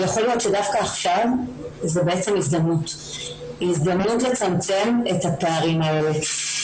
ויכול להיות שדווקא עכשיו זו בעצם הזדמנות לצמצם את הפערים האלה.